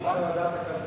ועדת הכלכלה,